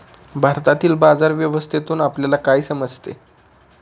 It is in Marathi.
भारतातील बाजार व्यवस्थेतून आपल्याला काय समजते?